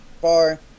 far